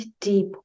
deep